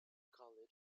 call